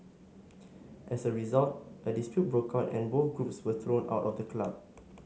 as a result a dispute broke out and both groups were thrown out of the club